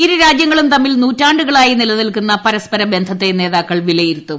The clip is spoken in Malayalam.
ഇരു രാജ്യങ്ങളും തമ്മിൽ നൂറ്റാണ്ടുകളായി നിലനിൽക്കുന്ന പരസ്പരബന്ധത്തെ നേതാക്കൾ വിലയിരുത്തും